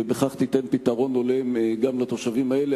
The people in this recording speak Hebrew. ובכך תיתן פתרון הולם גם לתושבים האלה,